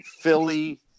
philly